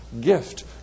gift